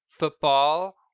Football